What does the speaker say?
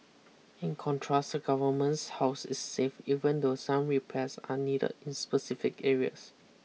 in contrast the government's house is safe even though some repairs are needed in specific areas